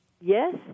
Yes